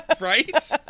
Right